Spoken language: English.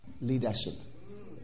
leadership